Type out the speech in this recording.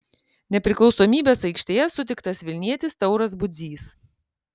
nepriklausomybės aikštėje sutiktas vilnietis tauras budzys